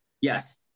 yes